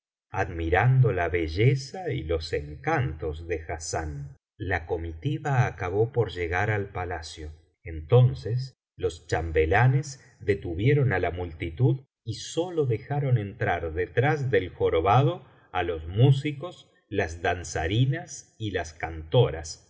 admirando la belleza y los encantos de hassán la comitiva acabó por llegar al palacio entonces los chambelanes detuvieron á la multitud y sólo dejaron entrar detrás del jorobado á los músicos las danzarinas y las cantoras